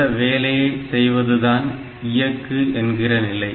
இந்த வேலையை செய்வது தான் இயக்கு என்கிற நிலை